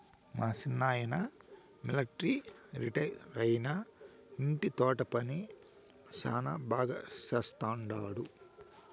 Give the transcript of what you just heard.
మా సిన్నాయన మిలట్రీ రిటైరైనా ఇంటి తోట పని శానా బాగా చేస్తండాడు